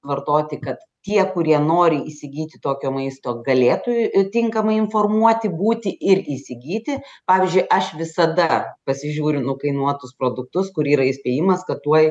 vartoti kad tie kurie nori įsigyti tokio maisto galėtų tinkamai informuoti būti ir įsigyti pavyzdžiui aš visada pasižiūriu nukainuotus produktus kur yra įspėjimas kad tuoj